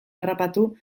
harrapatu